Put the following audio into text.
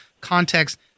context